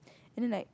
and then like